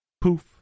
Poof